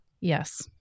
yes